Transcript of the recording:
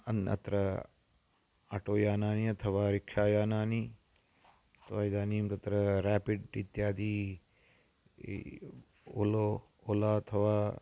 अन्यत्र आटो यानानि अथवा रिक्षायानानि अथवा इदानीं तत्र रेपिड् इत्यादि ओलो ओला अथवा